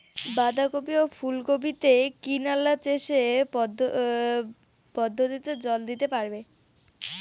বাধা কপি ও ফুল কপি তে কি নালা সেচ পদ্ধতিতে জল দিতে পারবো?